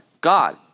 God